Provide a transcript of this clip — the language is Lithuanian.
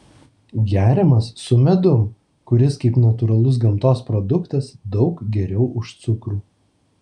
geriamas su medum kuris kaip natūralus gamtos produktas daug geriau už cukrų